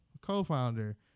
co-founder